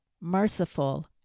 merciful